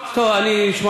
לא אמר